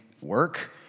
work